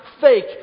fake